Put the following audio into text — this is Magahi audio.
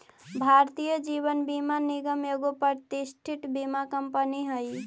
भारतीय जीवन बीमा निगम एगो प्रतिष्ठित बीमा कंपनी हई